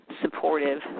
supportive